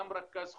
גם רכז חוגים.